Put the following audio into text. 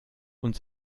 und